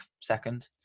second